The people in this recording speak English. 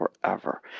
forever